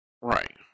right